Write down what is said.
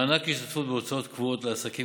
מענק השתתפות בהוצאות קבועות לעסקים